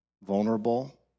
Vulnerable